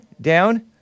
Down